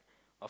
of